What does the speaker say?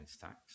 tax